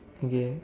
okay